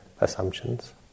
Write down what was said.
assumptions